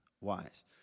wise